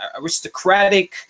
aristocratic